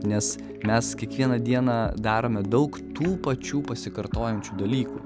nes mes kiekvieną dieną darome daug tų pačių pasikartojančių dalykų